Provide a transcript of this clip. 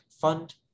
fund